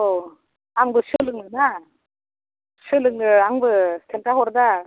औ आंबो सोलोंनो ना सोलोंनो आंबो खिनथाहरना